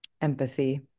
empathy